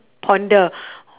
ponder